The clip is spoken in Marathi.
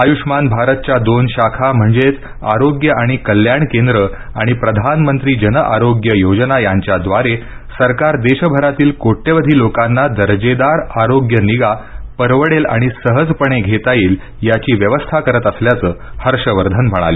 आयुष्मान भारतच्या दोन शाखा म्हणजेच आरोग्य आणि कल्याण केंद्रं आणि प्रधान मंत्री जन आरोग्य योजना यांच्याद्वारे सरकार देशभरातील कोट्यवधी लोकांना दर्जेदार आरोग्यनिगा परवडेल आणि सहजपणे घेता येईल याची व्यवस्था करत असल्याचं हर्ष वर्धन म्हणाले